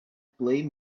play